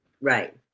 Right